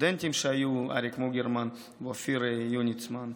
הסטודנטים שהיו, אריק מוגרמן ואופיר יוניצמן.